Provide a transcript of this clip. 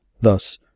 Thus